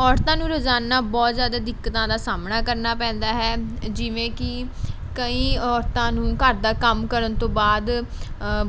ਔਰਤਾਂ ਨੂੰ ਰੋਜ਼ਾਨਾ ਬਹੁਤ ਜ਼ਿਆਦਾ ਦਿੱਕਤਾਂ ਦਾ ਸਾਹਮਣਾ ਕਰਨਾ ਪੈਂਦਾ ਹੈ ਜਿਵੇਂ ਕਿ ਕਈ ਔਰਤਾਂ ਨੂੰ ਘਰ ਦਾ ਕੰਮ ਕਰਨ ਤੋਂ ਬਾਅਦ